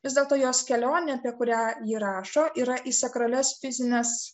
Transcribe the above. vis dėlto jos kelionė apie kurią ji rašo yra į sakralias fizines